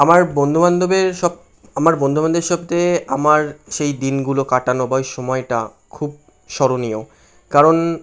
আমার বন্ধু বান্ধবের সব আমার বন্ধু বান্ধবের সাথে আমার সেই দিনগুলো কাটানো বা সময়টা খুব স্মরণীয় কারণ